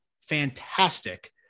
fantastic